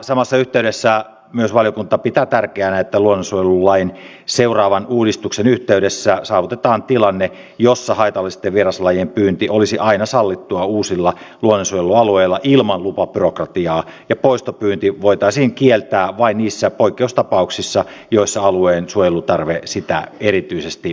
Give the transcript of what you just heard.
samassa yhteydessä valiokunta pitää myös tärkeänä että luonnonsuojelulain seuraavan uudistuksen yhteydessä saavutetaan tilanne jossa haitallisten vieraslajien pyynti olisi aina sallittua uusilla luonnonsuojelualueilla ilman lupabyrokratiaa ja poistopyynti voitaisiin kieltää vain niissä poikkeustapauksissa joissa alueen suojelutarve sitä erityisesti edellyttää